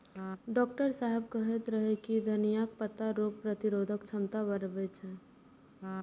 doctor साहेब कहैत रहै जे धनियाक पत्ता रोग प्रतिरोधक क्षमता बढ़बै छै